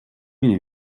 viene